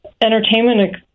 entertainment